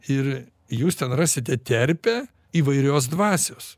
ir jūs ten rasite terpę įvairios dvasios